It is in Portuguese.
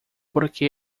porque